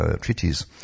treaties